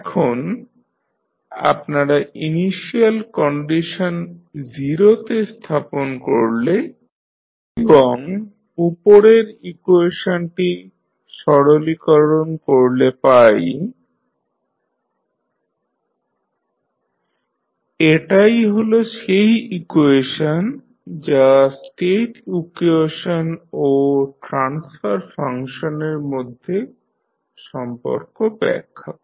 এখন আপনারা initial condition 0 তে স্থাপন করলে এবং উপরের ইকুয়েশনটি সরলীকরণ করলে পাই YsCsI A 1BDUs HsYUCsI A 1BD এটাই হল সেই ইকুয়েশন যা স্টেট ইকুয়েশন ও ট্রান্সফার ফাংশানের মধ্যে সম্পর্ক ব্যাখা করে